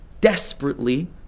desperately